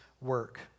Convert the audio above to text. work